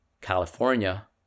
California